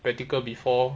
practical before